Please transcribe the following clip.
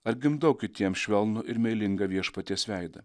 ar gimdau kitiems švelnų ir meilingą viešpaties veidą